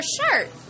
shirt